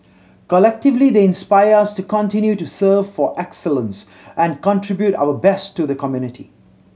collectively they inspire us to continue to serve for excellence and contribute our best to the community